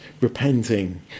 repenting